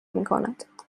میکند